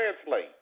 translate